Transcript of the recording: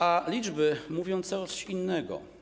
A liczby mówią coś innego.